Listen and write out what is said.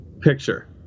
picture